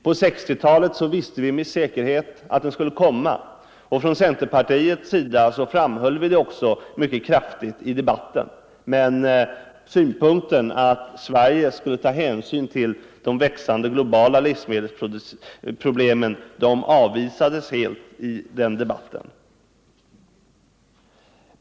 På 1960-talet visste vi med säkerhet att den skulle komma, och från centerpartiets sida framhölls detta också mycket kraftigt i debatten. Men synpunkten att Sverige skulle ta hänsyn till de växande globala livsmedelsproblemen avvisades helt i den debatten.